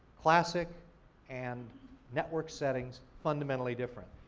classic and network settings fundamentally different.